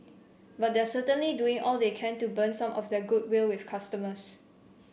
but they're certainly doing all they can to burn some of their goodwill with customers